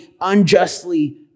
unjustly